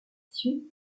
tissus